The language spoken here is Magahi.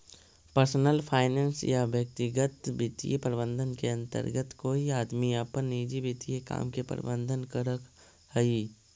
पर्सनल फाइनेंस या व्यक्तिगत वित्तीय प्रबंधन के अंतर्गत कोई आदमी अपन निजी वित्तीय काम के प्रबंधन करऽ हई